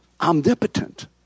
Omnipotent